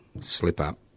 slip-up